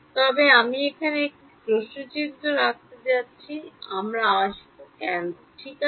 তবে আমি এখানে একটি প্রশ্ন চিহ্ন রাখতে যাচ্ছি আমরা আসব কেন ঠিক আছে